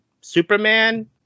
Superman